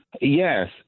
Yes